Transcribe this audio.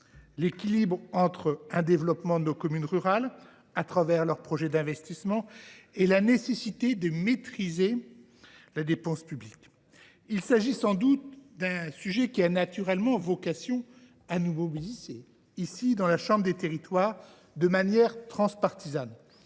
l’équilibre entre le développement des communes rurales au travers de leurs projets d’investissement et la nécessité de maîtriser la dépense publique locale. Il s’agit sans nul doute d’un sujet qui a naturellement vocation à nous mobiliser, ici, à la chambre des territoires, de manière transpartisane,